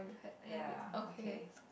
ya okay